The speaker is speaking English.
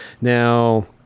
Now